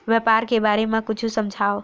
व्यापार के बारे म कुछु समझाव?